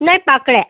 नाही पाकळ्या